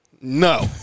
No